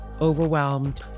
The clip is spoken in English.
overwhelmed